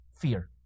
fear